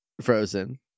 Frozen